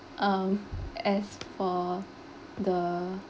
um as for the